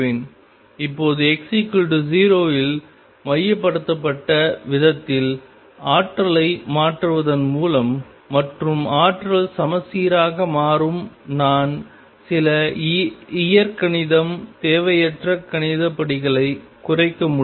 இப்போது x0 இல் மையப்படுத்தப்பட்ட விதத்தில் ஆற்றலை மாற்றுவதன் மூலம் மற்றும் ஆற்றல் சமச்சீராக மாறும் நான் சில இயற்கணிதம் தேவையற்ற கணித படிகளை குறைக்க முடியும்